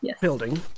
building